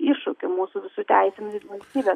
iššūkių mūsų visų teisinių ir valstybės